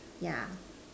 yeah